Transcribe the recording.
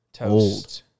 old